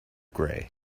gray